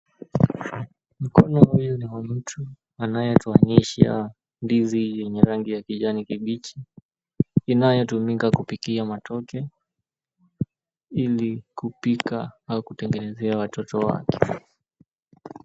Mkono huu ni wa mtu anayetuonyesha ndizi ya rangi ya kijani kibichi. Inayotumika kupikia matoke, ili kupika au kutengenezea watoto wake.